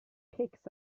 picks